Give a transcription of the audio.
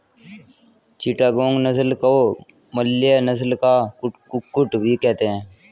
चिटागोंग नस्ल को मलय नस्ल का कुक्कुट भी कहते हैं